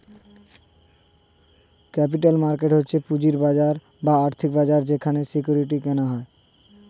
capital market হচ্ছে পুঁজির বাজার বা আর্থিক বাজার যেখানে সিকিউরিটি কেনা হয়